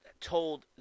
told